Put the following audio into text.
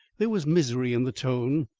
there was misery in the tone,